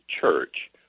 church